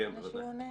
כן, בבקשה.